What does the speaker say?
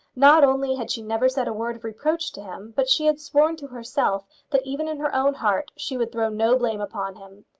not only had she never said a word of reproach to him, but she had sworn to herself that even in her own heart she would throw no blame upon him.